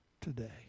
today